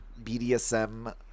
bdsm